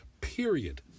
period